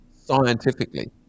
scientifically